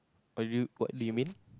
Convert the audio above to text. what do you what do you mean